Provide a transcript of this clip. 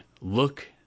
look